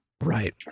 Right